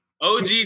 OG